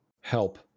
help